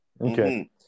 Okay